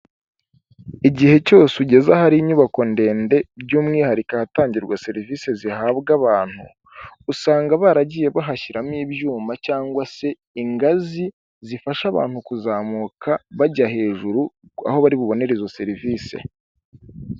Igihe cyose ugeze ahari inyubako ndende by'umwihariko ahatangirwa serivisi zihabwa abantu usanga baragiye bahashyiramo ibyuma cyangwa se ingazi zifasha abantu kuzamuka bajya hejuru aho bari bubonere izo serivisi .